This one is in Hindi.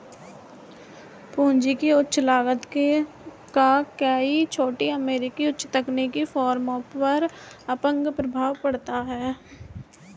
पूंजी की उच्च लागत का कई छोटी अमेरिकी उच्च तकनीकी फर्मों पर अपंग प्रभाव पड़ता है